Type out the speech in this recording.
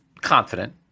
confident